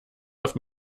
auf